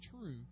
true